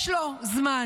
יש לו זמן.